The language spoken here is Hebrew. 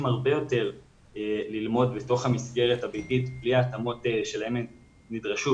הרבה יותר ללמוד בתוך המסגרת הביתית בלי ההתאמות שלהם הם נדרשו,